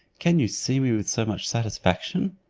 can you see me with so much satisfaction?